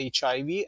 HIV